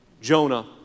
Jonah